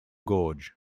gorge